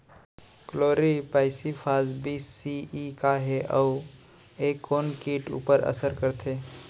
Chlorpyrifos बीस CE का हे अऊ ए कोन किट ऊपर असर करथे?